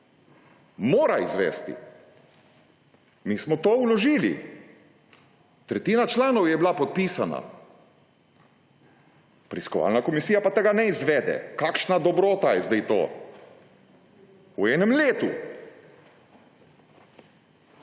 Mora izvesti. Mi smo to vložili. Tretjina članov je bila podpisana. Preiskovalna komisija pa tega ne izvede. Kakšna dobrota je zdaj to? V enem letu!